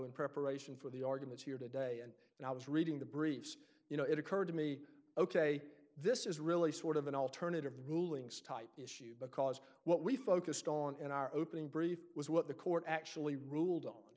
opponent preparation for the arguments here today and and i was reading the briefs you know it occurred to me ok this is really sort of an alternative the rulings type issue because what we focused on in our opening brief was what the court actually ruled on